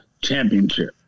championship